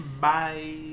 Bye